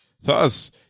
Thus